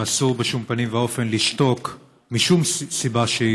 ואסור בשום פנים ואופן לשתוק משום סיבה שהיא,